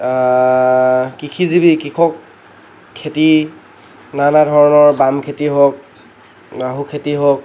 কৃষিজীৱি কৃষক খেতি নানা ধৰণৰ বাম খেতি হওক আহু খেতি হওক